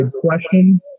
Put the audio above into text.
question